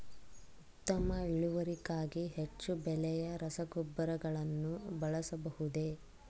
ಉತ್ತಮ ಇಳುವರಿಗಾಗಿ ಹೆಚ್ಚು ಬೆಲೆಯ ರಸಗೊಬ್ಬರಗಳನ್ನು ಬಳಸಬಹುದೇ?